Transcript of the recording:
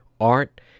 art